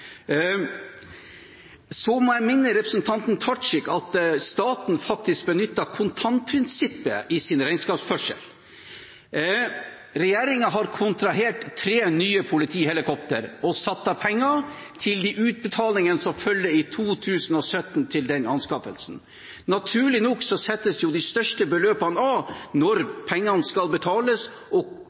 Så må jeg minne representanten Tajik om at staten faktisk benytter kontantprinsippet i sin regnskapsførsel. Regjeringen har kontrahert tre nye politihelikoptre og satt av penger til de utbetalingene som følger i 2017, til den anskaffelsen. Naturlig nok settes de største beløpene av når pengene skal betales og